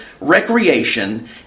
recreation